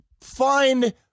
find